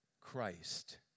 Christ